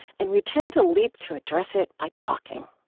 and we tend to leap to address it by talking.